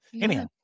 anyhow